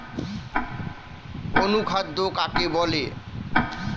অনুখাদ্য কাকে বলে?